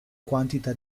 quantità